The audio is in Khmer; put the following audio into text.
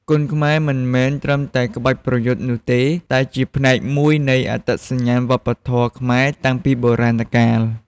គុនខ្មែរមិនមែនត្រឹមតែក្បាច់ប្រយុទ្ធនោះទេ តែជាផ្នែកមួយនៃអត្តសញ្ញាណវប្បធម៌ខ្មែរតាំងពីបុរាណកាល។